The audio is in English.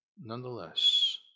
Nonetheless